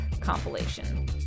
compilation